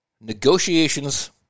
negotiations